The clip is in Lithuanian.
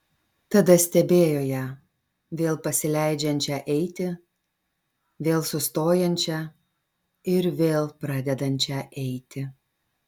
tada stebėjo ją vėl pasileidžiančią eiti vėl sustojančią ir vėl pradedančią eiti